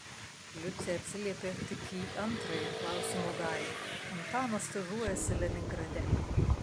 liucė atsiliepė tik į antrąją klausimo dalį antanas stažuojasi leningrade